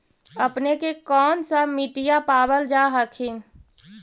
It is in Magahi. अपने के कौन सा मिट्टीया पाबल जा हखिन?